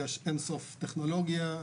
יש אינסוף טכנולוגיה,